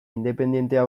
independentea